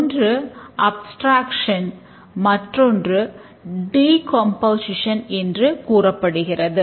ஒன்று அப்ஸ்டிரேக்ட்ஸன் என்று கூறப்படுகிறது